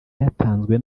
yatanzwe